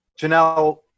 Janelle